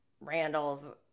Randall's